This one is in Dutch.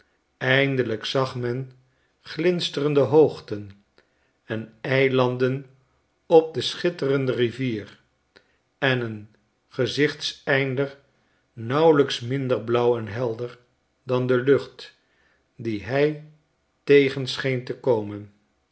eindelijk zag men glinsterende hoogten en eilanden op de schit teren de rivier en een gezichteinder nauwelijks minder blauw en helder dan de lucht die hij tegen scheen te komen